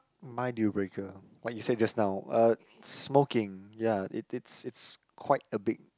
my deal breaker what you say just now uh smoking ya it it's it's quite a big